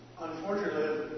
unfortunately